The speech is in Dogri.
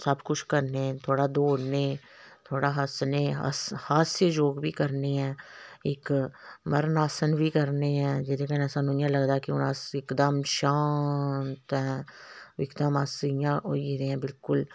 सब्भ कुछ करने थोह्ड़ा दौड़ने थोह्ड़ा हस्सने अस हास्य योग बी करने ऐं इक मरन आसन बी करने ऐं जेहदे कन्नै इ'यां सानूं लगदा कि हून अस इक दम शांत ऐं इक दम अस इ'यां होई गेदे ऐं बिलकुल